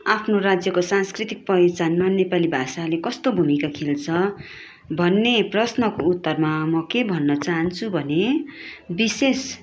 आफ्नो राज्यको सांस्कृतिक पहिचानमा नेपाली भाषाले कस्तो भूमिका खेल्छ भन्ने प्रश्नको उत्तरमा म के भन्न चहान्छु भने विशेष